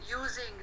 using